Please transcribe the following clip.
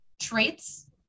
traits